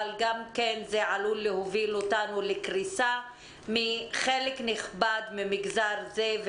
אבל גם כן זה עלול להוביל אותנו לקריסה של חלק נכבד ממגזר זה,